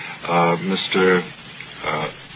Mr